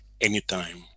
anytime